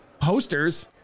posters